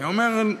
והיה אומר: